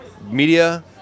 media